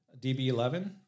DB11